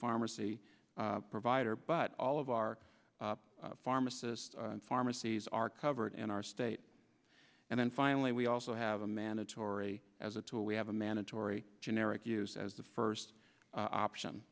pharmacy provider but all of our pharmacists pharmacies are covered in our state and then finally we also have a mandatory as a tool we have a mandatory generic use as the first option